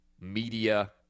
media